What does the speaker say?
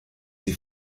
sie